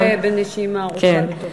שתוכלי לעשות את זה בנשימה ארוכה, כן.